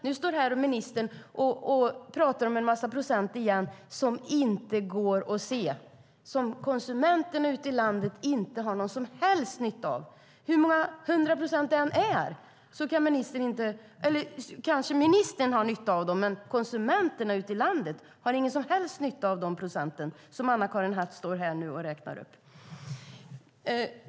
Nu står ministern här och pratar procent igen, som inte syns, som konsumenterna ute i landet inte har någon som helst nytta av. Hur många hundra procent det än är fråga om kanske ministern har nytta av dem, men konsumenterna ute i landet har ingen som helst nytta av de procent som Anna-Karin Hatt räknar upp.